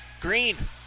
Green